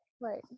Right